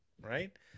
right